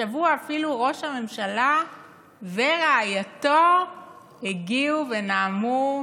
השבוע אפילו ראש הממשלה ורעייתו הגיעו ונאמו.